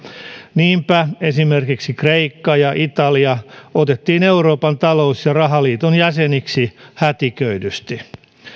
niinpä esimerkiksi kreikka ja italia otettiin euroopan talous ja rahaliiton jäseniksi hätiköidysti